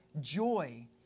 joy